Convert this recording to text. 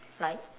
like